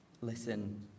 Listen